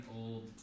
old